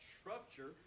structure